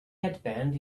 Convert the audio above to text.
headband